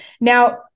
Now